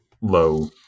low